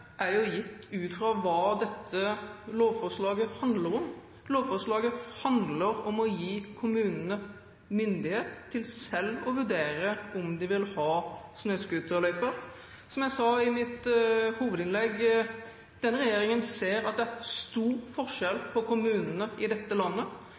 er jo gitt ut fra hva dette lovforslaget handler om. Lovforslaget handler om å gi kommunene myndighet til selv å vurdere om de vil ha snøscooterløyper. Som jeg sa i mitt hovedinnlegg: Denne regjeringen ser at det er stor forskjell på kommunene i dette landet.